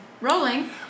rolling